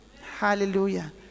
Hallelujah